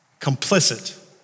Complicit